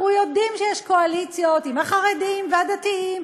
אנחנו יודעים שיש קואליציות עם החרדים והדתיים,